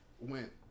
went